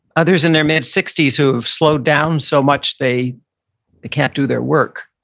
others in their mid-sixties, who have slowed down so much, they can't do their work.